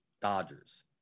Dodgers